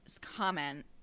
comment